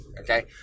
okay